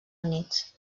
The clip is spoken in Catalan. units